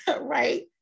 right